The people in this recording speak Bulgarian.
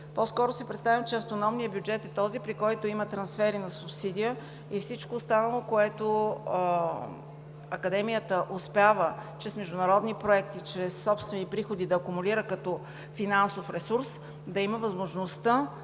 По-скоро си представям, че автономният бюджет е този, при който има трансфери на субсидия и всичко останало, което Академията успява чрез международни проекти, чрез собствени приходи да акумулира като финансов ресурс, да има възможността